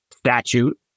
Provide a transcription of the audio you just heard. statute